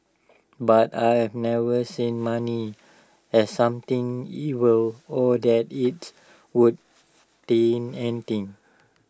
but I've never seen money as something evil or that IT would taint anything